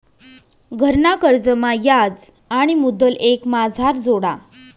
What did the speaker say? घरना कर्जमा याज आणि मुदल एकमाझार जोडा